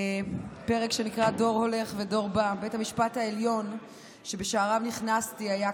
פרק שנקרא "דור הולך ודור בא": "בית המשפט העליון שבשעריו נכנסתי היה,